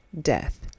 death